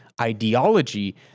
ideology